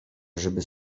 żeby